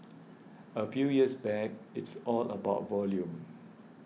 a few years back it's all about volume